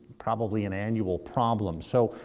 probably an annual problem. so,